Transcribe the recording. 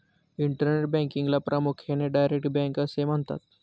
internet बँकिंगला प्रामुख्याने direct bank असे म्हणतात